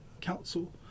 council